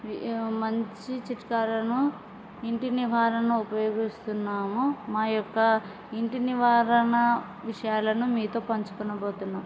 మంచి చిట్కాలను ఇంటి నివారణ ఉపయోగిస్తున్నాము మా యొక్క ఇంటి నివారణ విషయాలను మీతో పంచుకోబోతున్నాం